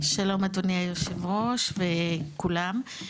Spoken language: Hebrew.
שלום אדוני היו"ר וכולם.